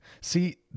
See